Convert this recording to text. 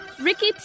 Ricky